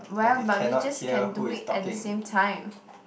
well but we just can do it at the same time